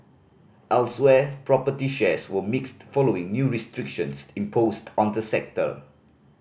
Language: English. elsewhere property shares were mixed following new restrictions imposed on the sector